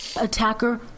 Attacker